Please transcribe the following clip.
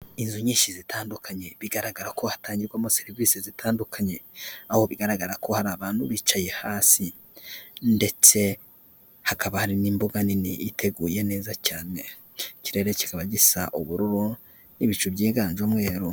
Inzu nyinshi zitandukanye bigaragara ko hatangirwamo serivisi zitandukanye, aho bigaragara ko hari abantu bicaye hasi ndetse hakaba hari n'imbuga nini iteguye neza cyane, ikirere kikaba gisa ubururu n'ibicu byiganje umweru.